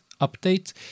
update